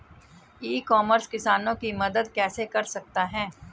ई commerce किसानों की मदद कैसे कर सकता है?